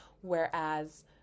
Whereas